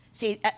See